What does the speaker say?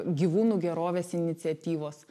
gyvūnų gerovės iniciatyvos